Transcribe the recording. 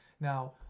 now